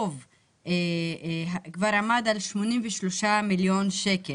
החוב עמד על 83 מיליון שקל.